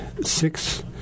six